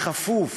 בכפוף